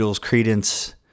credence